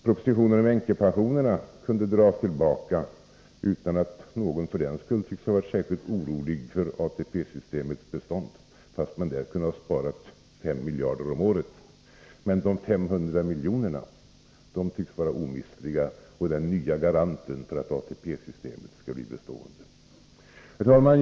Propositionen om änkepensionerna kunde dras tillbaka utan att någon för den skull tycks ha varit särskilt orolig för ATP-systemets bestånd, fastän man genom den hade kunnat spara 5 miljarder om året, men de 500 miljonerna tycks vara omistliga och den nya garanten för att ATP-systemet skall bli bestående. Herr talman!